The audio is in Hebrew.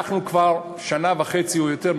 אנחנו כבר שנה וחצי או יותר,